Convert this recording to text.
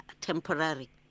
temporary